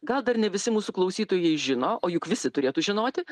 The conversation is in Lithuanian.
gal dar ne visi mūsų klausytojai žino o juk visi turėtų žinoti